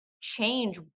change